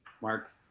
Mark